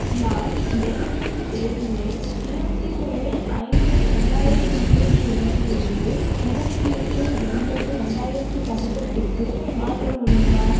நான் டெலிவரி தேதியை இருபத்தி மூணு ஐந்து ரெண்டாயிரத்து இருபத்திரெண்டிலிருந்து இருபத்தியெட்டு ஒன்பது ரெண்டாயிரத்து பதினெட்டுக்கு மாற்ற முடியுமா